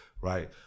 right